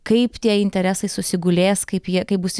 kaip tie interesai susigulės kaip jie kaip bus